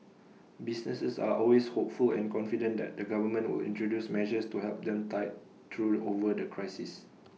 businesses are always hopeful and confident that the government will introduce measures to help them tide through over the crisis